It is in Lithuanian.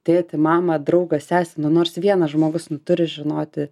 tėtį mamą draugą sesę nu nors vienas žmogus turi žinoti